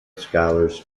scholars